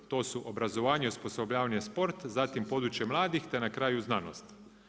To su obrazovanje, osposobljavanje, sport zatim područje mladih te na kraju znanost.